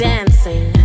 Dancing